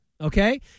okay